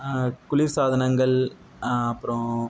குளிர்சாதனங்கள் அப்புறம்